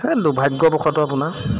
সেই দুভাৰ্গ্যবশতঃ আপোনাৰ